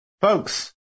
Folks